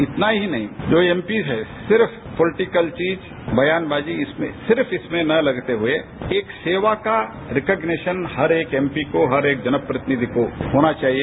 इतना ही नहीं जो एमपी है सिर्फ पॉलिटीकल चीज ब्यान बाजी इसमें सिर्फ इसमें न लगते हुए सेवा का रिक्गनेशन हर एक एमपी को हर एक जन प्रतिनिधि को होना चाहिए